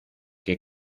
que